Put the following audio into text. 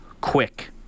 Quick